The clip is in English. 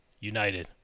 United